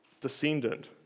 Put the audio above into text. descendant